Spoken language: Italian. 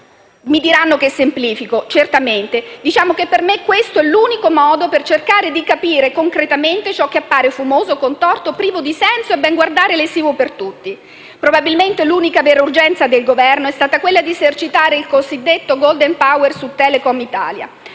Mi diranno che semplifico: certamente. Diciamo che per me questo è l'unico modo per cercare di capire concretamente ciò che appare fumoso, contorto, privo di senso e, a ben guardare, lesivo per tutti. Probabilmente, l'unica vera urgenza del Governo è stata quella di esercitare il cosiddetto *golden power* su Telecom Italia.